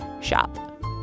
shop